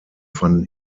fanden